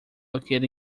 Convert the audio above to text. located